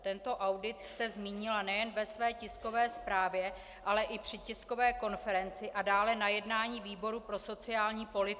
Tento audit jste zmínila nejen ve své tiskové zprávě, ale i při tiskové konferenci a dále na jednání výboru pro sociální politiku.